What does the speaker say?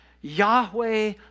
Yahweh